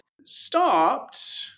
stopped